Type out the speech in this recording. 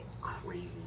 Crazy